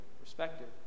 perspective